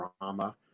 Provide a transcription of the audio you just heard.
drama